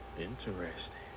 Interesting